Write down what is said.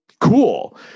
cool